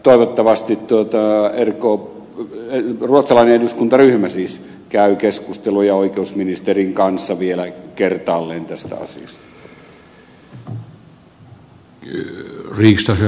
toivottavasti ruotsalainen eduskuntaryhmä käy keskusteluja oikeusministerin kanssa vielä kertaalleen tästä asiasta